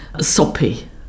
soppy